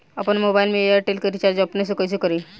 आपन मोबाइल में एयरटेल के रिचार्ज अपने से कइसे करि?